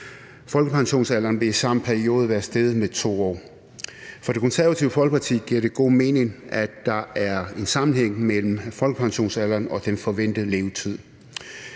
folkepensionsalderen vil i samme periode være steget med 2 år. For Det Konservative Folkeparti giver det god mening, at der er en sammenhæng mellem folkepensionsalderen og den forventede levetid.